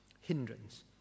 hindrance